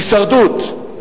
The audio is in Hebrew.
הישרדות,